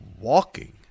walking